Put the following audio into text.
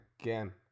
again